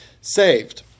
saved